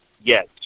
Yes